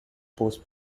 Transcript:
pose